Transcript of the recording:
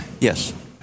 Yes